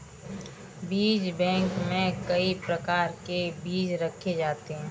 बीज बैंक में कई प्रकार के बीज रखे जाते हैं